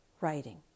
writing